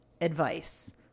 advice